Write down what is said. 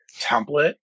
template